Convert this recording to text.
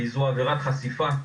כי זו עבירת חשיפה,